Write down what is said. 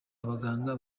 abaganga